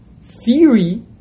theory